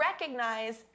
recognize